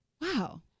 wow